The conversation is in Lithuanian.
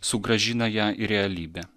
sugrąžina ją į realybę